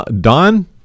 Don